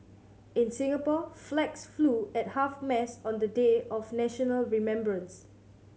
in Singapore flags flew at half mast on the day of national remembrance